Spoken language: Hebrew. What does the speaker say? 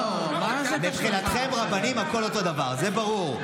לא, מבחינתם רבנים, הכול אותו דבר, זה ברור.